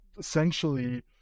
Essentially